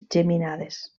geminades